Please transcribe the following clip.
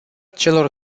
celor